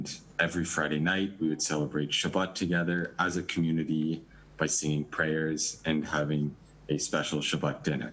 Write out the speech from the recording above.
בכל ערב שישי חגגנו את השבת ביחד כקהילה בתפילה ובסעודת שבת מיוחדת.